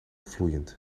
vloeiend